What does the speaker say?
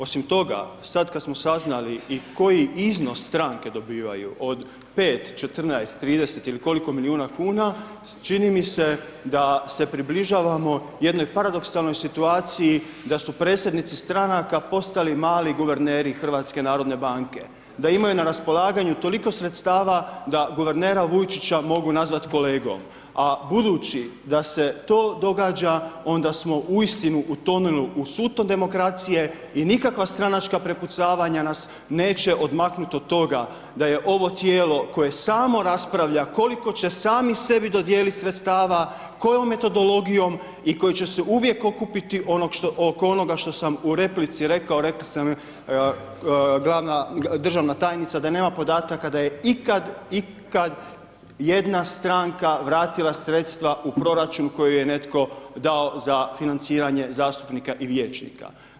Osim toga, sad kad smo saznali i koji iznos stranke dobivaju od 5, 14, 30 ili koliko milijuna kuna, čini mi se da se približavamo jednoj paradoksalnoj situaciji da su predsjednici stranaka postali mali guverneri HNB-a, da imaju na raspolaganju toliko sredstava da guvernera Vujčića mogu nazvat kolegom, a budući da se to događa onda smo uistinu utonuli u suton demokracije i nikakva stranačka prepucavanja nas neće odmaknut od toga da je ovo tijelo koje samo raspravlja koliko će sami sebi dodijeliti sredstava, kojom metodologijom i koji će se uvijek okupiti oko onoga što sam u replici rekao, rekao sam joj, glavna državna tajnica da nema podataka da je ikad jedna stranka vratila sredstva u proračun koji joj je netko dao za financiranje zastupnika i vijećnika.